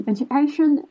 Education